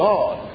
God